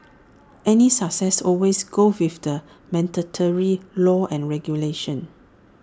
any success always goes with the mandatory law and regulation